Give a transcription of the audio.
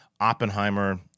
Oppenheimer